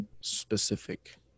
specific